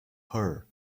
her